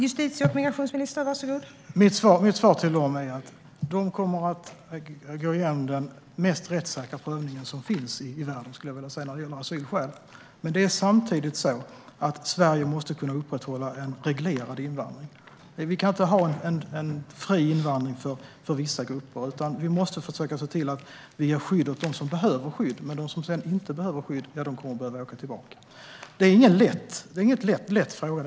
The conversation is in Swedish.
Fru talman! Mitt svar är att de kommer att gå igenom den rättssäkraste prövning som finns i världen när det gäller asylskäl. Men samtidigt måste Sverige kunna upprätthålla en reglerad invandring. Vi kan inte ha en fri invandring för vissa grupper. Vi måste försöka se till att ge skydd åt dem som behöver skydd. De som inte behöver skydd kommer att behöva åka tillbaka. Detta är ingen lätt fråga.